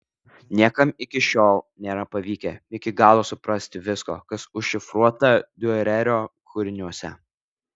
niekam iki šiol nėra pavykę iki galo suprasti visko kas užšifruota diurerio kūriniuose